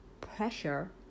pressure